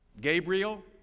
Gabriel